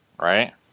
right